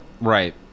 right